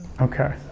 Okay